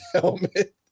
helmet